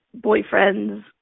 boyfriends